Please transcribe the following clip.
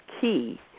key